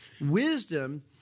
wisdom